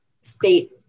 state